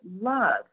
love